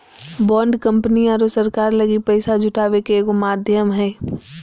bond company आरो सरकार लगी पैसा जुटावे के एगो माध्यम हइ